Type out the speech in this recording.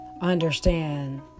understand